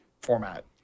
format